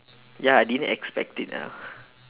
ya I didn't expect it ah